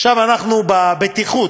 עכשיו אנחנו בבטיחות,